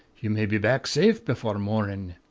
ye may be back safe befor' mornin'